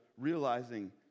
realizing